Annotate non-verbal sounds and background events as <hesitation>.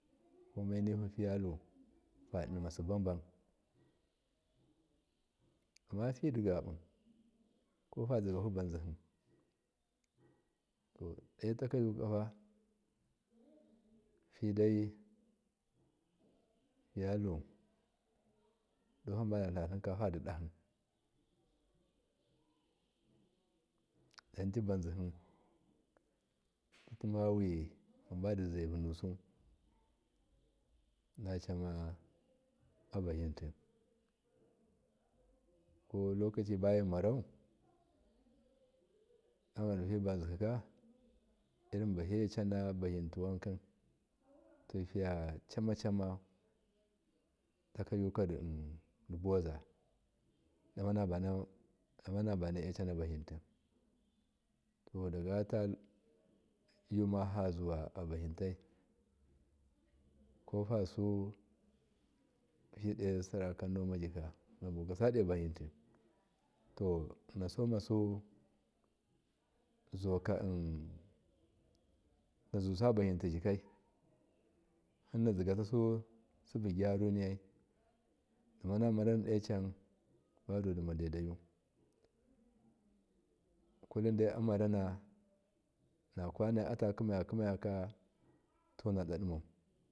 Ko mainihu fihufiyalu fanima sibabam amma fidigabu kofa zi gahubanzihi dota yukofa fidai fiyalu duhanbada tlimka fadidahi don ti banzihi timawi nbadizai vunusu docamma abazinti kolokoci bamirarau kwavara fibod zihika irin bahiyecanabazinti wanki to fiya camacamau tayukadibuwa damanabane ecana bazinti todagata yuma fazuwa abazintai ssai fasu fido sarakan nomajika fabukusudo buzi nti to nasuma su zuka <hesitation> nazu saba zinti jika. Nazigakasu sibugyaruninai dimanama radocunba dimanandaidai kullum dai amaru hin kwanaya kuma kuma ta nadaimau.